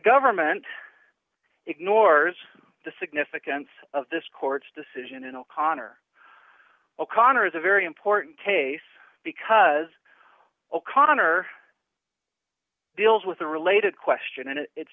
government ignores the significance of this court's decision and o'connor o'connor is a very important case because o'connor deals with a related question and it